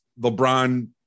LeBron